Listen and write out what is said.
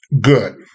good